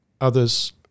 Others